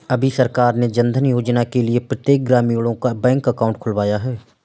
अभी सरकार ने जनधन योजना के लिए प्रत्येक ग्रामीणों का बैंक अकाउंट खुलवाया है